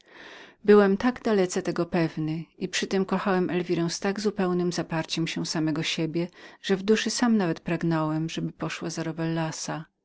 byłem tak dalece tego pewnym i przytem kochałem elwirę z tak zupełnem zaparciem się samego siebie że w duszy sam nawet pragnąłem żeby poszła za